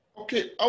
Okay